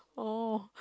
oh